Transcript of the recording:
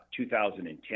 2010